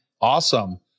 Awesome